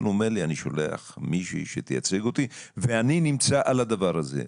אבל הוא אומר שהוא שולח מישהי שתייצג אותו והוא נמצא על הדבר הזה,